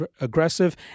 aggressive